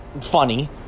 funny